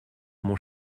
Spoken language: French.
mon